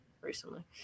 recently